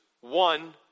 one